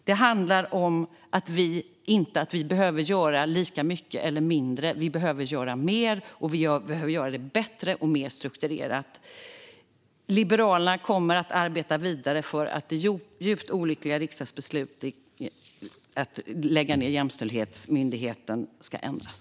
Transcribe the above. Det handlar inte om att vi behöver göra lika mycket eller mindre. Vi behöver göra mer, och vi behöver göra det bättre och mer strukturerat. Liberalerna kommer att arbeta vidare för att det djupt olyckliga riksdagsbeslutet om att lägga ned Jämställdhetsmyndigheten ska ändras.